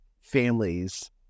families